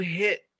hit